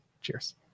Cheers